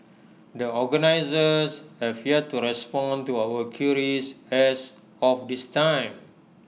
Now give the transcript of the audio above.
the organisers have yet to respond to our queries as of this time